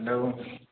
औ